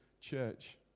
church